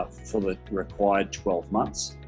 for the required twelve months